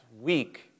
week